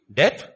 death